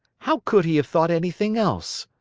how could he have thought anything else?